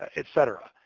etc.